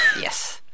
yes